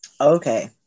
Okay